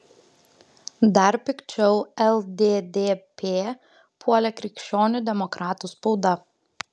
dar pikčiau lddp puolė krikščionių demokratų spauda